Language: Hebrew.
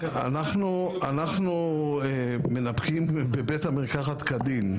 אנחנו מנפקים בבית המרקחת כדין.